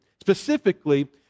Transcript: specifically